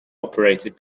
operated